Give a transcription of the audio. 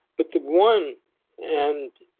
but the one and